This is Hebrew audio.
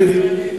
זה אותם ילדים,